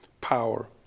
power